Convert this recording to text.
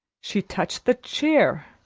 she touched the chair,